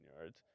yards